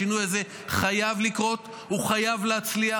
השינוי הזה חייב לקרות, הוא חייב להצליח.